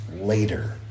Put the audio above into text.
later